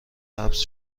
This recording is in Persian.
حبس